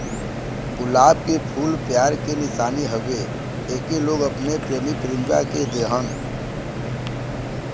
गुलाब के फूल प्यार के निशानी हउवे एके लोग अपने प्रेमी प्रेमिका के देलन